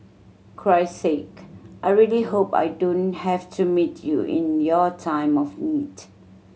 Christ Sake I really hope I don't have to meet you in your time of need